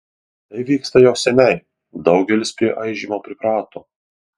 tai vyksta jau seniai daugelis prie aižymo priprato